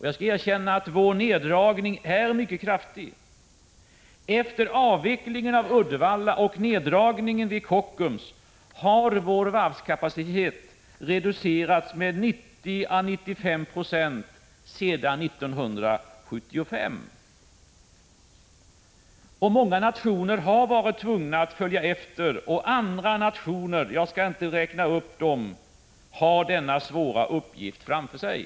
Jag skall erkänna att vår neddragning är mycket kraftig: efter avvecklingen av Uddevalla och neddragningen vid Kockums har vår varvskapacitet reducerats med 90—95 96 sedan 1975. Många nationer har varit tvungna att följa efter, och andra — jag skall inte räkna upp dem — har denna svåra uppgift framför sig.